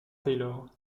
taylor